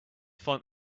find